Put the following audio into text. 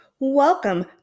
Welcome